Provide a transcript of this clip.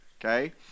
okay